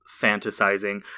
fantasizing